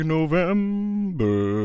November